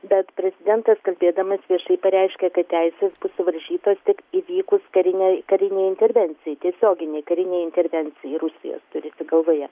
bet prezidentas kalbėdamas viešai pareiškė kad teisės bus suvaržytos tik įvykus karinei karinei intervencijai tiesioginei karinei intervencijai rusijos turite galvoje